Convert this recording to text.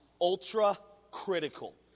ultra-critical